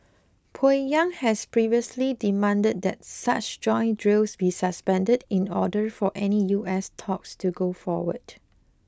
Pyongyang had previously demanded that such joint drills be suspended in order for any U S talks to go forward